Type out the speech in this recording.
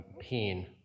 pain